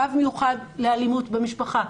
קו מיוחד לאלימות במשפחה,